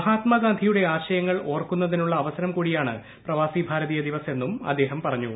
മഹാത്മാഗാന്ധിയുടെ ആശയങ്ങൾ ഓർക്കുന്നതിനുള്ള അവസരം കൂടിയാണ് പ്രവാസി ഭാരതീയ ദിവസ് എന്നും അദ്ദേഹം പറഞ്ഞു